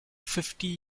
fifty